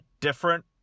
different